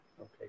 Okay